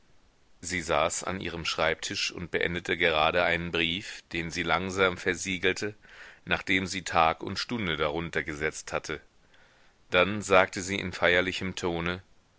sie saß an ihrem schreibtisch und beendete gerade einen brief den sie langsam versiegelte nachdem sie tag und stunde darunter gesetzt hatte dann sagte sie in feierlichem tone